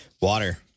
Water